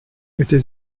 était